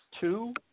two